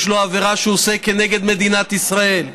יש לו עבירה שהוא עושה כנגד מדינת ישראל.